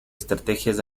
estrategias